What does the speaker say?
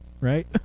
Right